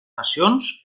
nacions